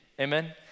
amen